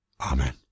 Amen